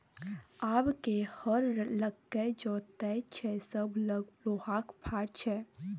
आब के हर लकए जोतैय छै सभ लग लोहाक फार छै